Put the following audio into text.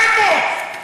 איפה?